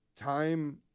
time